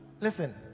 Listen